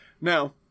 Now